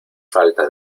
falta